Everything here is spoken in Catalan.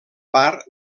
part